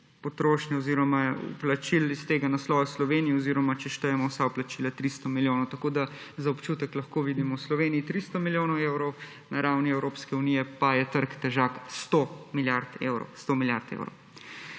potrošnje oziroma vplačil iz tega naslova v Sloveniji oziroma če štejemo vsa vplačila 300 milijonov. Tako da za občutek lahko vidimo, v Sloveniji 300 milijonov evrov, na ravni Evropske unije pa je trg težak 100 milijard evrov.